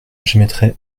j’émettrai